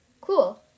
Cool